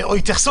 גב'